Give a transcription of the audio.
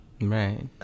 Right